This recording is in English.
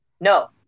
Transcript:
No